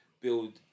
build